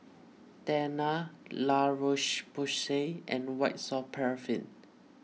Tena La Roche Porsay and White Soft Paraffin